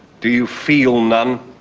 do you feel none?